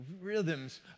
rhythms